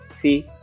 See